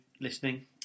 listening